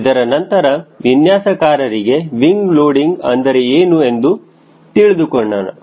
ಇದರ ನಂತರ ವಿನ್ಯಾಸಕಾರರಿಗೆ ವಿಂಗ ಲೋಡಿಂಗ್ ಅಂದರೆ ಏನು ಎಂದು ತಿಳಿದುಕೊಳ್ಳೋಣ